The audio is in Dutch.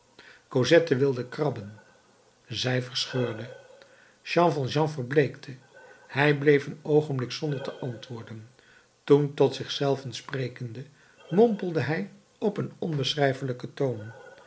cosette wilde krabben zij verscheurde jean valjean verbleekte hij bleef een oogenblik zonder te antwoorden toen tot zich zelven sprekende mompelde hij op een onbeschrijfelijken toon